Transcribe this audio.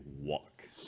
walk